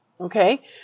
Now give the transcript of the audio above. okay